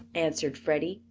answered freddie,